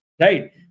right